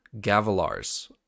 gavilar's